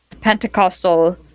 Pentecostal